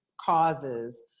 causes